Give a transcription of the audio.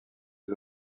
les